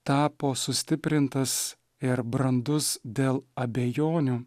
tapo sustiprintas ir brandus dėl abejonių